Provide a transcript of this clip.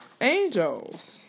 Angels